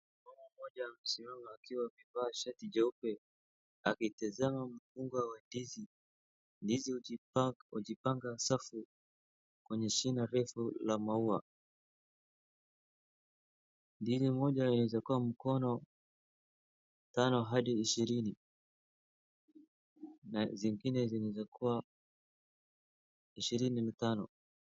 Mama mmoja amesimama akiwa amevaa shati jeupe akitazama mkunga wa ndizi. Ndizi hujipanga safi kwenye shina refu la maua. Ndizi moja inaweza kuwa mkono tano hadi ishirini na zingine zinaweza kuwa ishirini mitano.